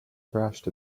thrashed